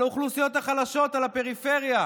על האוכלוסיות החלשות, על הפריפריה.